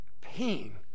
pain